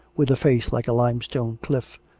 with a face like a limestone cliff,